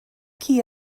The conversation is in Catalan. qui